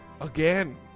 Again